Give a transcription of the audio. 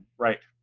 right?